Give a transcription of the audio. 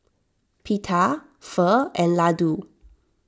Pita Pho and Ladoo